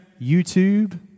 YouTube